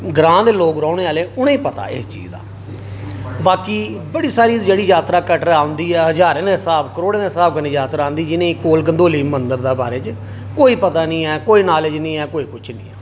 ग्रांऽ दे लोक रौह्ने आह्ले उ'नेंई पता ऐ इस चीज दा बाकी बड़ी सारी जेह्ड़ी यात्रा कटरा औंदी ऐ ज्हारें दे स्हाबें करोड़े दे स्हाब कन्नै यात्रा आंदी ऐ जि'नेंई कोल कंदोली मंदर दे बारै च कोई पता निं ऐ कोई नालेज निं ऐ कुछ नि